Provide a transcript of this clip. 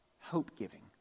hope-giving